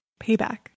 Payback